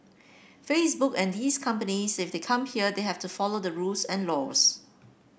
Facebook and these companies if they come here they have to follow the rules and laws